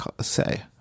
say